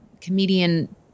comedian